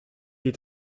est